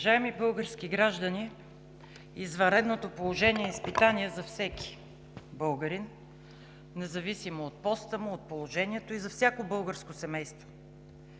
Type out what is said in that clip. Уважаеми български граждани, извънредното положение е изпитание за всеки българин, независимо от поста му, от положението му и за всяко българско семейство.